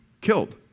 killed